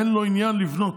אין לו עניין לבנות,